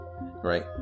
right